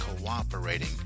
cooperating